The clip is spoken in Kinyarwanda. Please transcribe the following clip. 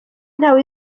ntawe